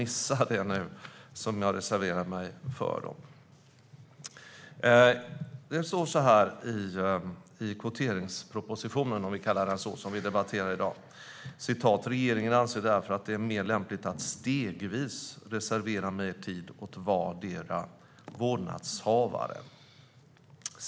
I den så kallade kvoteringspropositionen som vi debatterar i dag står det: Regeringen anser därför att det är mer lämpligt att stegvis reservera mer tid åt vardera vårdnadshavaren.